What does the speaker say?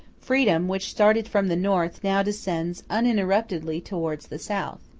freedom, which started from the north, now descends uninterruptedly towards the south.